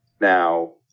now